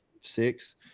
six